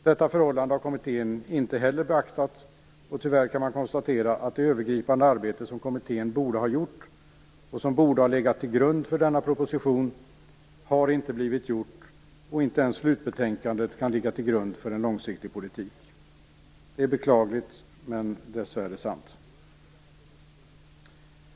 Detta förhållande har kommittén inte heller beaktat, och tyvärr kan man konstatera att det övergripande arbete som kommittén borde ha gjort och som borde ha legat som grund för denna proposition har inte blivit gjort. Inte ens slutbetänkandet kan ligga som grund för en långsiktig politik. Det är beklagligt, men dessvärre sant.